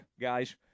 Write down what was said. guys